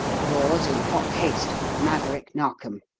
yours, in hot haste maverick narkom.